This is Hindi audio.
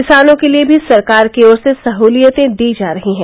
किसानों के लिये भी सरकार की ओर से सहूलियतें दी जा रही हैं